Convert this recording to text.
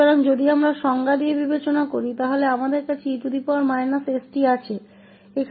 तो अगर हम परिभाषा के साथ विचार करते हैं तो हमारे पास e st है